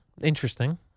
interesting